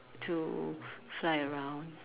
to fly around